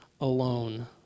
alone